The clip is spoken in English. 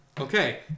Okay